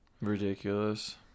ridiculous